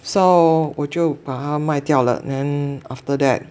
so 我就把它卖掉了 then after that